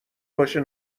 باشه